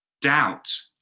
Doubt